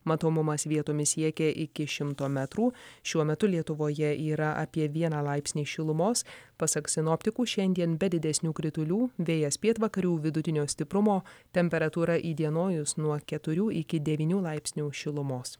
matomumas vietomis siekė iki šimto metrų šiuo metu lietuvoje yra apie vieną laipsnį šilumos pasak sinoptikų šiandien be didesnių kritulių vėjas pietvakarių vidutinio stiprumo temperatūra įdienojus nuo keturių iki devynių laipsnių šilumos